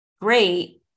great